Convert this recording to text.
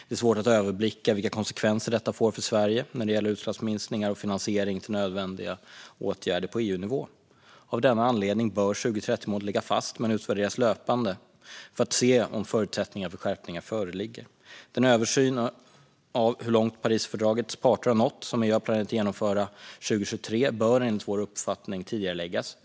Det är svårt att överblicka vilka konsekvenser detta får för Sverige när det gäller utsläppsminskningar och finansiering till nödvändiga åtgärder på EU-nivå. Av denna anledning bör 2030-målet ligga fast men utvärderas löpande för att se om förutsättningar för skärpningar föreligger. Den översyn av hur långt Parisfördragets parter har nått som EU har planerat att genomföra 2023 bör enligt vår uppfattning tidigareläggas.